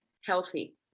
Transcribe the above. healthy